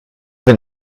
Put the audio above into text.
wenn